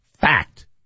Fact